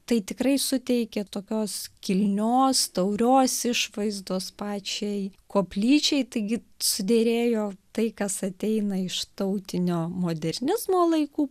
tai tikrai suteikė tokios kilnios taurios išvaizdos pačiai koplyčiai taigi suderėjo tai kas ateina iš tautinio modernizmo laikų